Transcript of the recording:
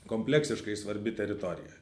kompleksiškai svarbi teritorija